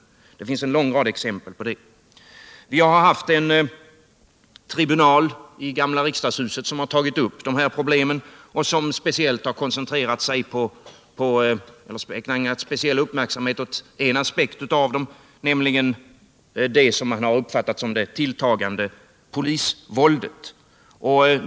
Det finns många exempel på det. Vi har haft en tribunal i gamla riksdagshuset, som har tagit upp dessa problem och som har ägnat speciell uppmärksamhet åt en aspekt av dem, nämligen det som man har uppfattat som det tilltagande polisvåldet.